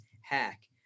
hack